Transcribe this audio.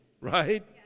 right